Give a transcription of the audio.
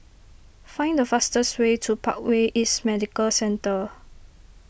find the fastest way to Parkway East Medical Centre